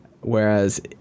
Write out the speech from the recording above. Whereas